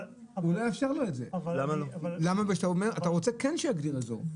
אתה רוצה כן שיגדיר אזור.